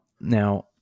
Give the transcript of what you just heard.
Now